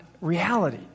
reality